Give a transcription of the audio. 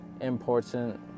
important